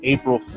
April